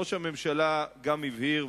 ראש הממשלה גם הבהיר,